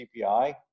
CPI